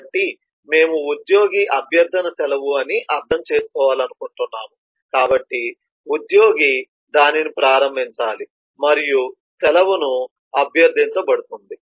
కాబట్టి మేము ఉద్యోగి అభ్యర్థన సెలవు అని అర్ధం చేసుకోవాలనుకుంటున్నాము కాబట్టి ఉద్యోగి దానిని ప్రారంభించాలి మరియు సెలవు అభ్యర్థించబడుతుంది